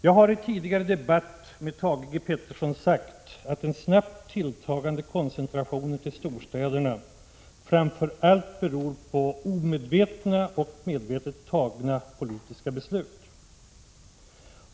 Jag har tidigare i en debatt med Thage G. Peterson sagt att den snabbt tilltagande koncentrationen till storstäderna framför allt beror på omedvetna och medvetet tagna politiska beslut.